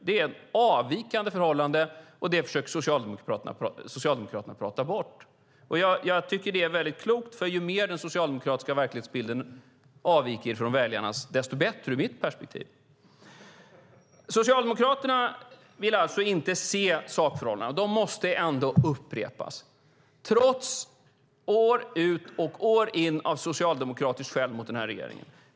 Det är ett avvikande förhållande, och det försöker Socialdemokraterna prata bort. Jag tycker att det är klokt. Ju mer den socialdemokratiska verklighetsbilden avviker från väljarnas desto bättre - ur mitt perspektiv. Socialdemokraterna vill alltså inte se sakförhållandena, men de måste ändå upprepas trots år efter år av socialdemokratiskt skäll på regeringen.